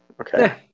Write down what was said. Okay